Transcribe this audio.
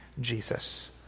Jesus